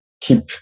keep